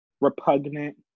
Repugnant